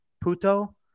puto